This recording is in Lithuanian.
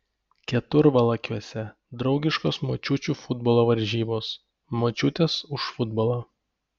keturvalakiuose draugiškos močiučių futbolo varžybos močiutės už futbolą